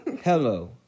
Hello